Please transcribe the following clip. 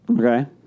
Okay